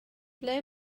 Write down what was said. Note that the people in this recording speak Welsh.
ble